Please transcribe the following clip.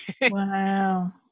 wow